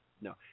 No